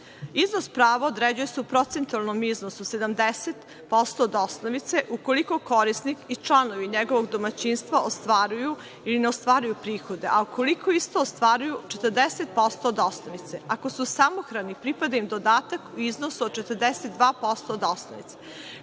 Iznos prava određuje se u procentualnom iznosu 70% od osnovice, ukoliko korisnik i članovi njegovog domaćinstva ostvaruju ili ne ostvaruju prihode, a ukoliko ista ostvaruju – 40% od osnovice. Ako su samohrani, pripada im dodatak u iznosu od 42% od osnovice.